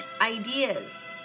ideas